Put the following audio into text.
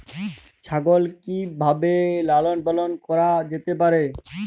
ছাগল কি ভাবে লালন পালন করা যেতে পারে?